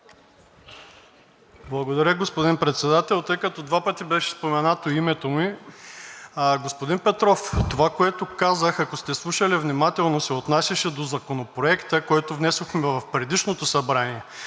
Благодаря, господин Председател, тъй като два пъти беше споменато името ми, господин Петров. Това, което казах, ако сте слушали внимателно, се отнасяше до Законопроекта, който внесохме в предишното Събрание,